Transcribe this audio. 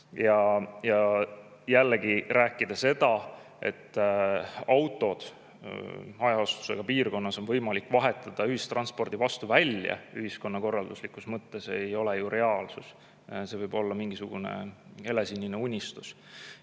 Ja jällegi, rääkida seda, et hajaasustusega piirkonnas on võimalik vahetada autod ühistranspordi vastu välja, ei ole ühiskonnakorralduslikus mõttes ju reaalsus. See võib olla mingisugune helesinine unistus.